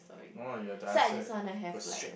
come on you have to answer it go straight